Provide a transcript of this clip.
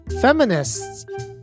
Feminists